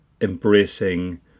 embracing